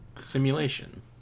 Simulation